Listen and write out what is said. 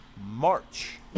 March